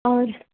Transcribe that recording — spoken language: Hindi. और